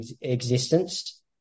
existence